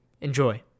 Enjoy